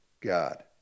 God